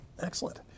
Excellent